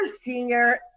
senior